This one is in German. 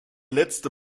letzte